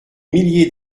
milliers